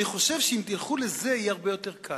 אני חושב שאם תלכו לזה, יהיה הרבה יותר קל.